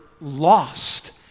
lost